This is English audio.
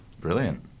Brilliant